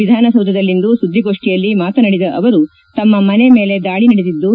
ವಿಧಾನಸೌಧದಲ್ಲಿಂದು ಸುದ್ಲಿಗೋಷ್ನಿಯಲ್ಲಿ ಮಾತನಾಡಿದ ಅವರು ತಮ್ನ ಮನೆ ಮೇಲೆ ದಾಳ ನಡೆದಿದ್ದು